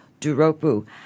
Duropu